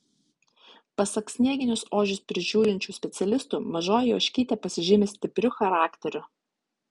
pasak snieginius ožius prižiūrinčių specialistų mažoji ožkytė pasižymi stipriu charakteriu